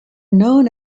known